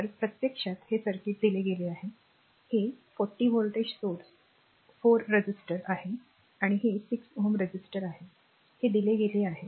तर प्रत्यक्षात हे सर्किट दिले गेले आहे हे 40 व्होल्टचे source 4 resistor आहे आणि हे 6 Ω resistor आहे हे दिले गेले आहे